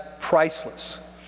priceless